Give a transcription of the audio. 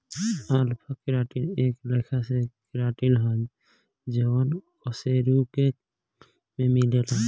alpha keratin एक लेखा के केराटिन ह जवन कशेरुकियों में मिलेला